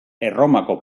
erromako